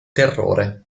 terrore